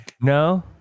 no